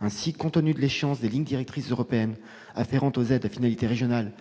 Ainsi, compte tenu de l'échéance des lignes directrices européennes afférentes aux aides à finalité régionale